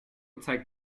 zeigt